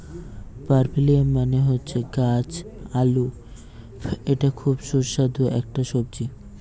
পার্পেলিয়াম মানে হচ্ছে গাছ আলু এটা খুব সুস্বাদু একটা সবজি